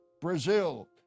Brazil